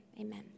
Amen